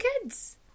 kids